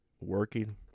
working